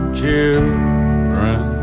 children